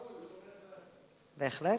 הוא תומך, בהחלט.